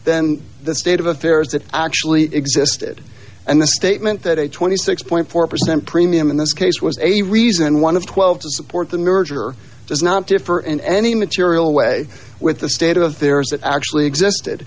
then the state of affairs that actually existed and the statement that a twenty six four percent premium in this case was a reason one of twelve to support the merger does not differ in any material way with the state of affairs that actually existed